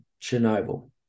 Chernobyl